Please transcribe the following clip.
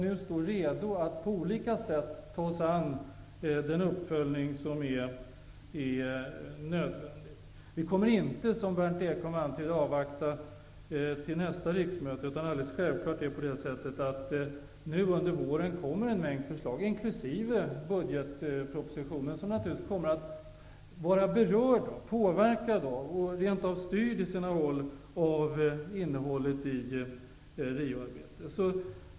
Vi står nu redo att på olika sätt ta oss an den uppföljning som är nödvändig. Berndt Ekholm antydde att vi tänkte avvakta till nästa riksmöte. Det kommer vi inte att göra. Regeringen kommer självfallet under våren att lägga fram en mängd förslag, inkl. budgetpropositionen, som naturligtvis berörs, påverkas och rent av till viss del styrs av innehållet i Riokonferensen.